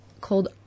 called